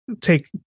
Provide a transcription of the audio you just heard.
take